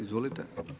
Izvolite.